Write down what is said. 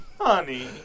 Honey